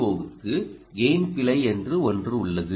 ஓ வுக்கு கெய்ன் பிழை என்று ஒன்று உள்ளது